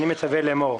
אני מצווה לאמור: